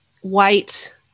white